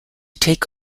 take